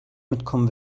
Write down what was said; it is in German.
mitkommen